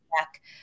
back